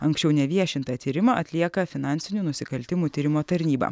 anksčiau neviešintą tyrimą atlieka finansinių nusikaltimų tyrimo tarnyba